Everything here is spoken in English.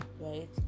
right